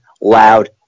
loud